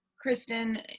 Kristen